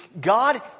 God